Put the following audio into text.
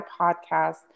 podcast